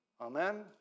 Amen